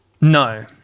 No